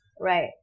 Right